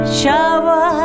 shower